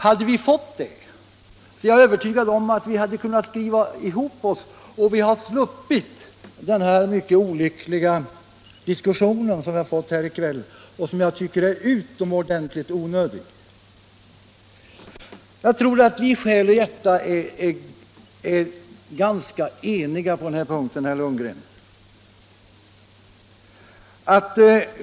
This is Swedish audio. Hade vi fått det är jag övertygad om att vi hade kunnat skriva ihop oss — och då hade vi sluppit den mycket olyckliga diskussion som vi fått här i kväll och som jag tycker är utomordentligt onödig. Jag tror att vi i själ och hjärta är ganska eniga på den här punkten, herr Lundgren.